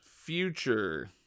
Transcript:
Future